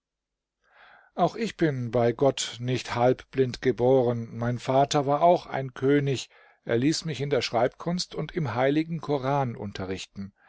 auch ich bin bei gott nicht halbblind geboren mein vater war auch ein könig er ließ mich in der schreibkunst und im heiligen korander koran